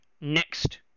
next